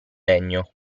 legno